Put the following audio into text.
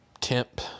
Temp